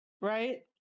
right